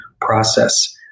process